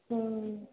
हुँ